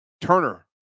Turner